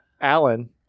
alan